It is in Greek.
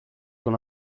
τον